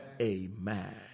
Amen